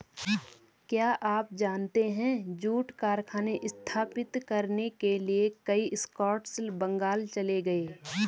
क्या आप जानते है जूट कारखाने स्थापित करने के लिए कई स्कॉट्स बंगाल चले गए?